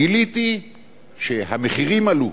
גיליתי שהמחירים עלו,